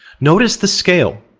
notice the scale,